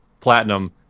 platinum